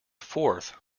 forth